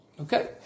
Okay